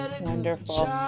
Wonderful